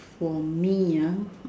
for me ah